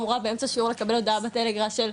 אמורה באמצע שיעור לקבל הודעה בטלגרס של,